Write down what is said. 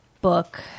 book